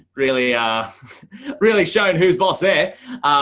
really, ah really shine who's boss there.